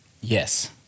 Yes